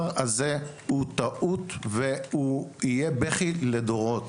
הזה הוא טעות והוא יהיה בכיה לדורות.